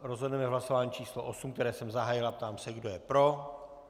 Rozhodneme v hlasování číslo 8, které jsem zahájil, a ptám se, kdo je pro.